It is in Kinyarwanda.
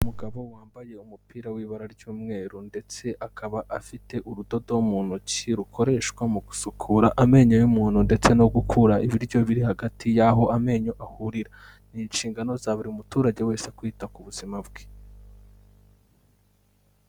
Umugabo wambaye umupira w'iburara ry'umweru ndetse akaba afite urudodo mu ntoki, rukoreshwa mu gusukura amenyo y'umuntu ndetse no gukura ibiryo biri hagati y'aho amenyo ahurira. Ni inshingano za buri muturage wese kwita ku buzima bwe.